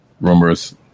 rumors